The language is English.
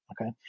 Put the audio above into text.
Okay